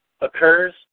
occurs